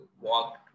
walk